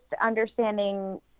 understanding